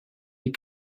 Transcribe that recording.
die